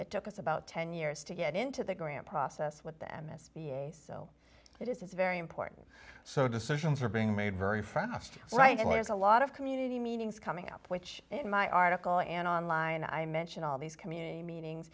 it took us about ten years to get into the ground process with them s b a so it is very important so decisions are being made very front right and there's a lot of community meetings coming up which in my article and online and i mention all these community meetings